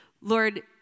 Lord